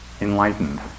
enlightened